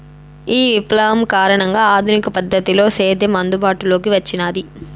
ఈ విప్లవం కారణంగా ఆధునిక పద్ధతిలో సేద్యం అందుబాటులోకి వచ్చినాది